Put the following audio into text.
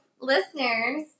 listeners